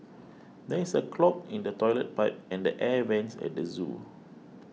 there is a clog in the Toilet Pipe and the Air Vents at the zoo